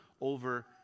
over